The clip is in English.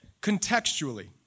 Contextually